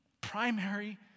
primary